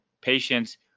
patients